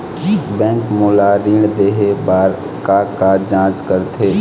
Bank मोला ऋण देहे बार का का जांच करथे?